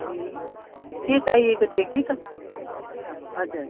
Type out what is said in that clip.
ए के चाहिएको थियो कि त हजुर